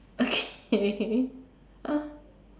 okay